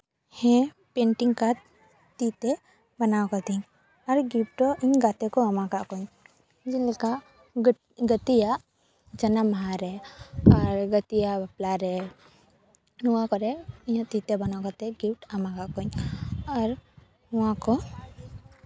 ᱦᱮᱸ ᱯᱮᱱᱴᱤᱝ ᱠᱟᱡᱽ ᱛᱤ ᱛᱮ ᱵᱮᱱᱟᱣ ᱠᱟᱹᱫᱟᱹᱧ ᱟᱨ ᱜᱤᱯᱷᱴ ᱦᱚᱸ ᱤᱧ ᱜᱟᱛᱮ ᱠᱚ ᱮᱢ ᱠᱟᱜ ᱠᱚᱣᱟᱧ ᱡᱮᱞᱮᱠᱟ ᱜᱟᱛᱮᱭᱟᱜ ᱡᱟᱱᱟᱢ ᱢᱟᱦᱟᱨᱮ ᱜᱟᱛᱮ ᱵᱟᱯᱞᱟᱨᱮ ᱱᱚᱣᱟ ᱠᱚᱨᱮᱜ ᱤᱧᱟ ᱜ ᱛᱤ ᱛᱮ ᱵᱮᱱᱟᱣ ᱠᱟᱛᱮ ᱜᱤᱯᱷᱴ ᱮᱢ ᱠᱟᱜ ᱠᱚᱣᱟᱧ ᱟᱨ ᱱᱚᱣᱟ ᱠᱚ